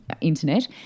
internet